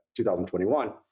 2021